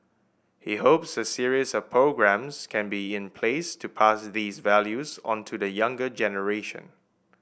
he hopes a series of programmes can be in place to pass these values on to the younger generation